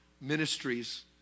ministries